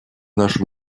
нашу